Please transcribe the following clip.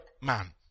man